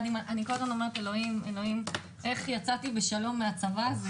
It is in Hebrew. לפעמים אני אומרת שזה פלא שיצאתי בשלום מהצבא.